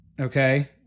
Okay